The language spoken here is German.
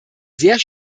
sehr